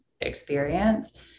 experience